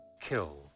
Kill